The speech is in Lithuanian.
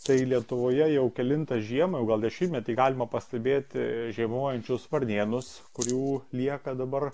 tai lietuvoje jau kelintą žiemą o gal dešimtmetį galima pastebėti žiemojančius varnėnus kurių lieka dabar